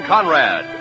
Conrad